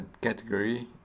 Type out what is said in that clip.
category